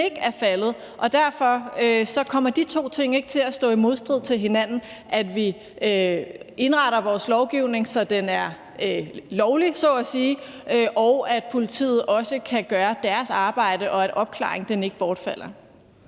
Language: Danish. ikke er faldet, og derfor kommer de to ting ikke til at stå i modstrid med hinanden: at vi indretter vores lovgivning, så den er lovlig, så at sige, og at politiet også kan gøre deres arbejde, og at opklaringsprocenten ikke falder.